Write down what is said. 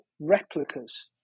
replicas